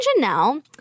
Janelle